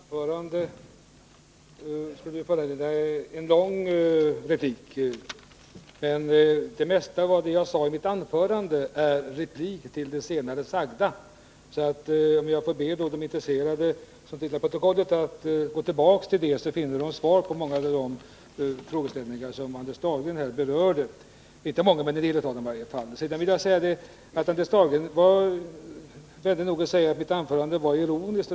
Nr 27 Herr talman! Anders Dahlgrens anförande föranleder egentligen en lång Onsdagen den replik. Men det mesta av vad jag sade i mitt anförande utgör en replik på det 19 november 1980 av Anders Dahlgren sagda. Jag ber därför de intresserade som läser protokollet att gå tillbaka till mitt anförande, där de finner svar på en del av de frågeställningar som Anders Dahlgren här berörde. Anders Dahlgren var vänlig nog att säga att mitt anförande var ironiskt.